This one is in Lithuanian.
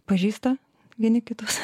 pažįsta vieni kitus